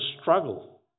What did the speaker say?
struggle